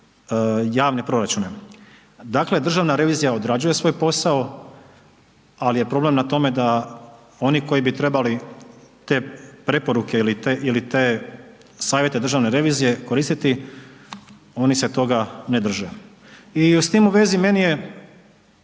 javni proračune. Dakle, državna revizija odrađuje svoj posao, ali je problem na tome da oni koji bi trebali te preporuke ili te savjete državne revizije koristiti oni se toga ne drže. I s tim u vezi meni je